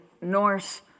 Norse